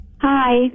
Hi